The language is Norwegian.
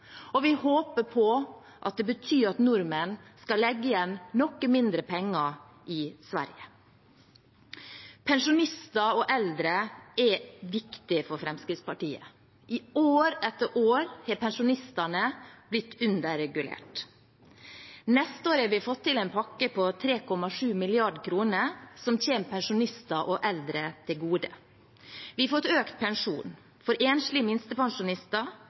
og vi håper det betyr at nordmenn skal legge igjen noe mindre penger i Sverige. Pensjonister og eldre er viktige for Fremskrittspartiet. År etter år har pensjonistene blitt underregulert. For neste år har vi fått til en pakke på 3,7 mrd. kr som kommer pensjonister og eldre til gode. Vi har fått økt pensjonen for enslige minstepensjonister,